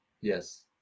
Yes